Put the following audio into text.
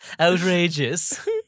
Outrageous